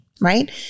Right